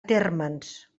térmens